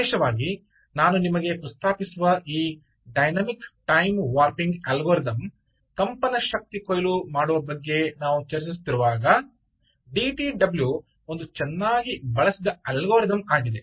ವಿಶೇಷವಾಗಿ ನಾನು ನಿಮಗೆ ಪ್ರಸ್ತಾಪಿಸುವ ಈ ಡೈನಾಮಿಕ್ ಟೈಮ್ ವಾರ್ಪಿಂಗ್ ಅಲ್ಗಾರಿದಮ್ ಕಂಪನ ಶಕ್ತಿ ಕೊಯ್ಲು ಮಾಡುವ ಬಗ್ಗೆ ನಾವು ಚರ್ಚಿಸುತ್ತಿರುವಾಗ ಡಿಟಿಡಬ್ಲ್ಯೂ ಒಂದು ಚೆನ್ನಾಗಿ ಬಳಸಿದ ಅಲ್ಗಾರಿದಮ್ ಆಗಿದೆ